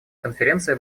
конференция